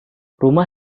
rumah